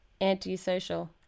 anti-social